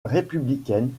républicaine